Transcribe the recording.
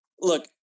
Look